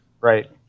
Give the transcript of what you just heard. right